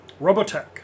Robotech